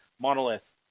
monolith